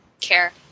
care